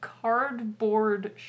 cardboard